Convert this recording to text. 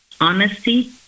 honesty